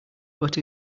but